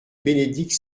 bénédicte